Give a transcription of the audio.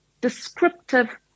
descriptive